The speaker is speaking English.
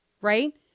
right